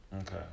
Okay